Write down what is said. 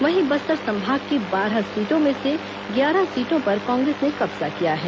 वहीं बस्तर संभाग की बारह सीटों में से ग्यारह सीटों पर कांग्रेस ने कब्जा किया है